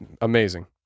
amazing